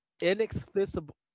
inexplicable